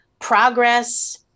progress